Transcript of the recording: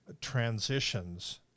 transitions